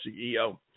CEO